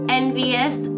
envious